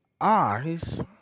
eyes